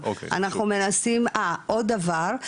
עוד דבר,